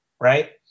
right